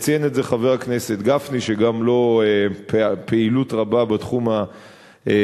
ציין את זה חבר הכנסת גפני שגם לו פעילות רבה בתחום הסביבתי,